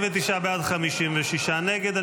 בעד, 56 נגד.